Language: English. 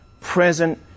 present